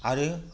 आरो